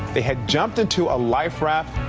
they had jumped into a life raft.